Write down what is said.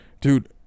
dude